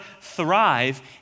thrive